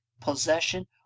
possession